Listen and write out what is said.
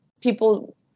people